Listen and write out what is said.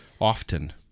often